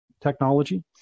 technology